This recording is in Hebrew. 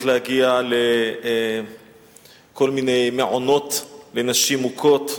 להגיע לכל מיני מעונות לנשים מוכות.